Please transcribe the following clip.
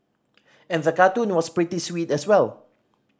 and the cartoon was pretty sweet as well